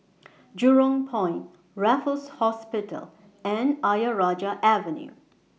Jurong Point Raffles Hospital and Ayer Rajah Avenue